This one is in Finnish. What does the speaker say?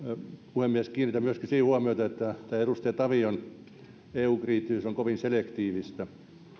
puhemies kiinnitän myöskin siihen huomiota että edustaja tavion eu kriittisyys on kovin selektiivistä